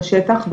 בשטח,